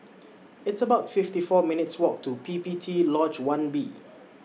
It's about fifty four minutes' Walk to P P T Lodge one B